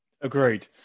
Agreed